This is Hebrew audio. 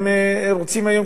הם רוצים היום,